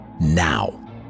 now